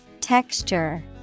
Texture